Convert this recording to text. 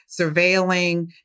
surveilling